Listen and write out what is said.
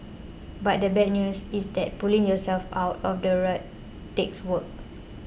but the bad news is that pulling yourself out of the rut takes work